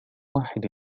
واحد